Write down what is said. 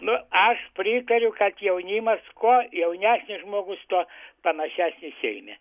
nu aš pritariu kad jaunimas kuo jaunesnis žmogus tuo panašesnis seime